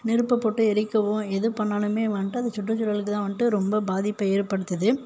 நெருப்பை போட்டு எரிக்கவோ எது பண்ணிணாலுமே வன்ட்டு அந்த சுற்றுசூழலுக்குதான் வன்ட்டு ரொம்ப பாதிப்பை ஏற்படுத்துது